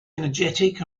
energetic